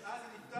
אה, זה נפתר?